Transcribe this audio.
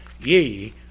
Ye